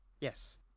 Yes